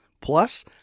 Plus